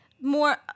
more